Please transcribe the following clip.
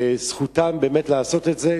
וזכותם באמת לעשות את זה,